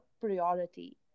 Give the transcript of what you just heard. priority